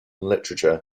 literature